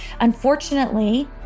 Unfortunately